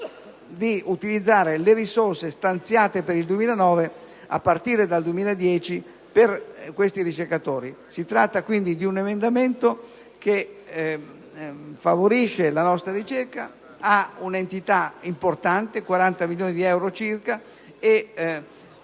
di utilizzare le risorse stanziate per il 2009 a partire dal 2010 per questi ricercatori; ma si tratta di un emendamento che favorisce la nostra ricerca, ha un'entità importante (40 milioni di euro circa) e